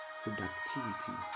productivity